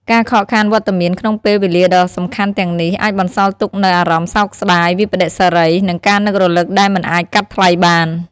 ការខកខានវត្តមានក្នុងពេលវេលាដ៏សំខាន់ទាំងនេះ អាចបន្សល់ទុកនូវអារម្មណ៍សោកស្ដាយ វិប្បដិសារី និងការនឹករលឹកដែលមិនអាចកាត់ថ្លៃបាន។